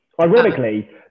Ironically